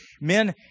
Men